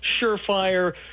surefire